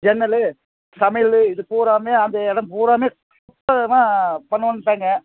ஜன்னல் சமையல் இது பூராவுமே அந்த இடம் பூராவுமே சுத்தமாக பண்ணுனுன்டாங்க